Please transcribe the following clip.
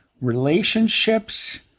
relationships